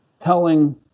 Telling